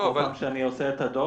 בכל פעם שאני עושה את הדוח,